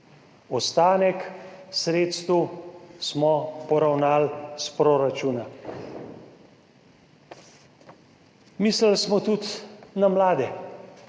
ostanek sredstev smo poravnali iz proračuna. Mislili smo tudi na mlade.